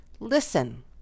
Listen